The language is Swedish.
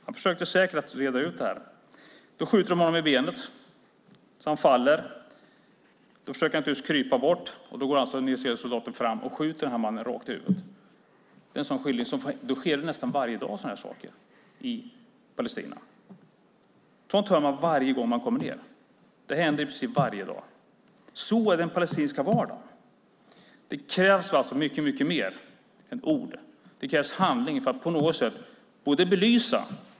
Han försökte säkert bara reda ut det här. Då skjuter de honom i benet så att han faller. Då försöker han krypa bort, och då går en israelisk soldat fram och skjuter mannen rakt i huvudet. Detta var en skildring, men sådana här saker sker nästan varje dag i Palestina. Sådant här hör man varje gång man kommer ned. Så är den palestinska vardagen. Det krävs alltså mycket mer än ord. Det krävs handling för att på något sätt belysa detta.